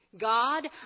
God